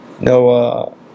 no